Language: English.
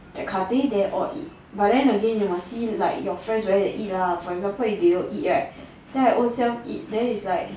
then carte they all eat but then again you must see like your friends whether they eat lah for example if they don't eat right then I ownself the it's like